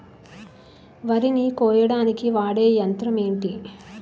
వరి ని కోయడానికి వాడే యంత్రం ఏంటి?